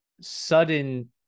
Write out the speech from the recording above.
sudden